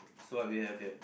so what we have here